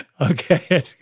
Okay